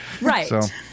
Right